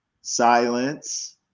silence